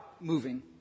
moving